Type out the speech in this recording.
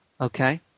Okay